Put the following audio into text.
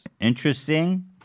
Interesting